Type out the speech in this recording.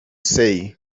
say